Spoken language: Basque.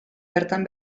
bertan